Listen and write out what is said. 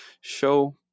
show